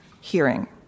hearing